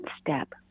step